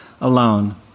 alone